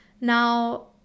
now